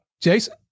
Jason